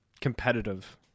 competitive